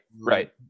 right